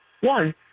One